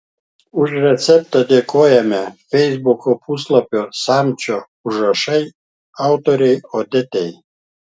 už receptą dėkojame feisbuko puslapio samčio užrašai autorei odetai